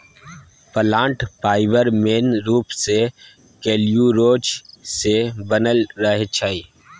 plant fibre main रुप सँ cellulose सँ बनल रहै छै